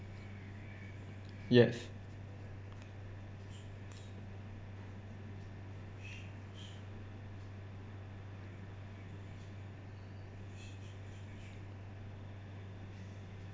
yes